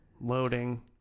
Loading